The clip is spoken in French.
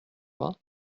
vingts